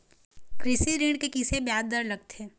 कृषि ऋण के किसे ब्याज दर लगथे?